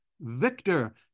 Victor